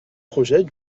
projet